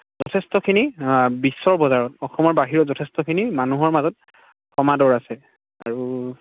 যথেষ্টখিনি বিশ্বৰ বজাৰত অসমৰ বাহিৰত যথেষ্টখিনি মানুহৰ মাজত সমাদৰ আছে আৰু